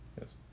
yes